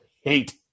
hate